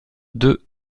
deux